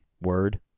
Word